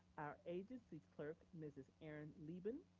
our agency clerk, mrs. erin leben.